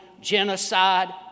genocide